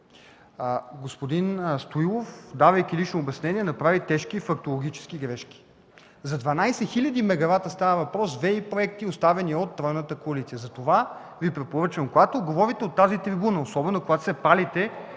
Господин Стоилов, давайки лично обяснение, направи тежки фактологически грешки. За 12 хил.мегавата става въпрос – ВЕИ проекти, оставени от тройната коалиция. Затова Ви препоръчвам, когато говорите от тази трибуна, особено когато се палите